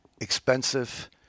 expensive